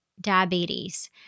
diabetes